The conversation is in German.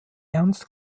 ernst